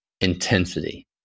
intensity